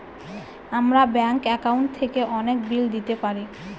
আমরা bank account থেকে অনেক বিল দিতে পারি